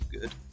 good